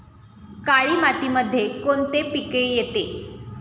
काळी मातीमध्ये कोणते पिके येते?